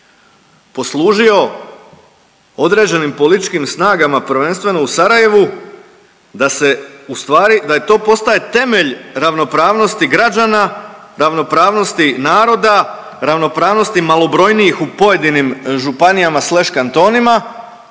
poslužio određenim političkim snagama prvenstveno u Sarajevu da se ustvari da to postaje temelj ravnopravnosti građana, ravnopravnosti naroda, ravnopravnosti malobrojnijih u pojedinim županijama i sleš kantonima